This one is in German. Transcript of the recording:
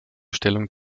stellung